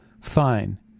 Fine